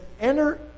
Enter